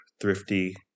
Thrifty